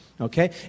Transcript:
Okay